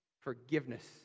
forgiveness